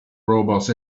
robot